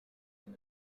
and